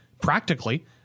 practically